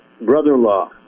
brother-in-law